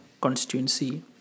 constituency